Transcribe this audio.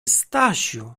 stasiu